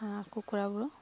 কুকুৰাবোৰক